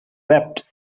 wept